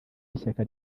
y’ishyaka